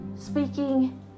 Speaking